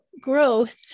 Growth